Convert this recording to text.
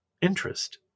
interest